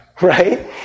right